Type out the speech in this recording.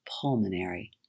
pulmonary